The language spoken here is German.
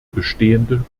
bestehende